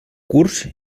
curs